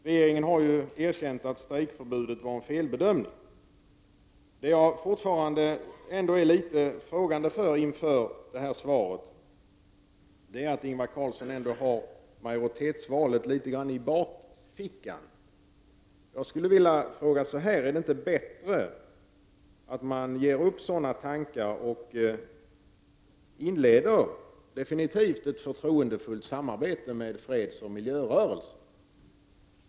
Regeringen har ju erkänt att strejkförbudet var en felbedömning. Jag ställer mig ändå litet frågande inför att Ingvar Carlsson i svaret i viss mån förefaller att ha frågan om majoritetsval i bakfickan. Jag vill därför fråga: Är det inte bättre att man ger upp sådana tankar och inleder ett förtroendefullt samarbete med fredsoch miljörörelsen?